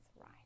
right